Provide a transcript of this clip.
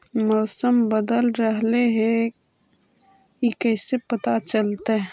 मौसम बदल रहले हे इ कैसे पता चलतै?